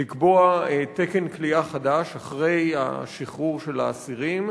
לקבוע תקן כליאה חדש אחרי השחרור של האסירים,